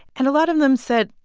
and a lot of them said,